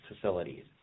facilities